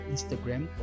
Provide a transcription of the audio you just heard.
Instagram